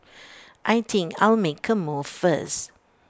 I think I'll make A move first